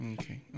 Okay